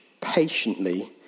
patiently